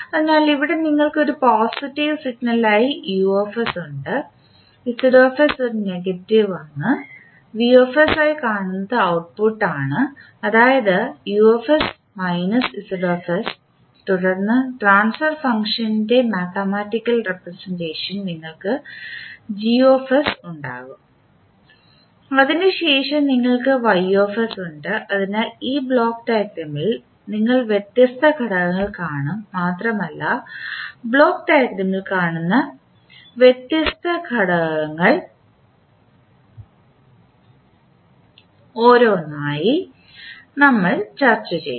അതിനാൽ ഇവിടെ നിങ്ങൾക്ക് ഒരു പോസിറ്റീവ് സിഗ്നലായി ഉണ്ട് ഒരു നെഗറ്റീവ് ആണ് ആയി കാണുന്നത് ഔട്ട്പുട്ട് ആണ് അതായത് തുടർന്ന് ട്രാൻസ്ഫർ ഫംഗ്ഷൻറെ മാത്തമാറ്റിക്കൽ റെപ്രസെൻറ്റേഷൻ നിങ്ങൾക്ക് ഉണ്ടാകും അതിനുശേഷം നിങ്ങൾക്ക് ഉണ്ട് അതിനാൽ ഈ ബ്ലോക്ക് ഡയഗ്രാമിൽ നിങ്ങൾ വ്യത്യസ്ത ഘടകങ്ങൾ കാണും മാത്രമല്ല ബ്ലോക്ക് ഡയഗ്രാമിൽ കാണുന്ന വ്യത്യസ്ത ഘടകങ്ങൾ ഓരോന്നായി നമ്മൾ ചർച്ച ചെയ്യും